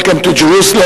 Welcome to Jerusalem,